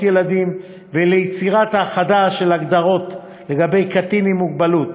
ילדים וליצירת האחדה של ההגדרות לגבי קטין עם מוגבלות.